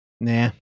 Nah